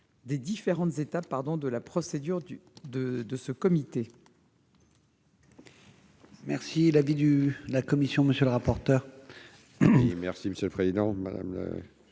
des différentes étapes des procédures de ce comité.